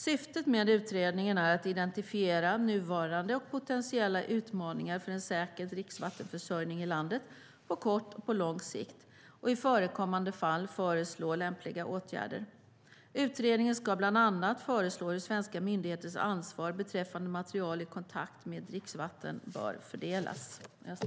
Syftet med utredningen är att identifiera nuvarande och potentiella utmaningar för en säker dricksvattenförsörjning i landet, på kort och på lång sikt, och i förekommande fall föreslå lämpliga åtgärder. Utredningen ska bland annat föreslå hur svenska myndigheters ansvar beträffande material i kontakt med dricksvatten bör fördelas.